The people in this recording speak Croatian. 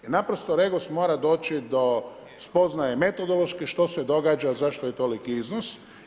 Jer naprosto REGOS mora doći do spoznaje metodološke što se događa, zašto je toliki iznos.